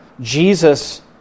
Jesus